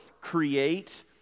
create